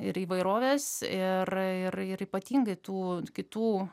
ir įvairovės ir ir ir ypatingai tų kitų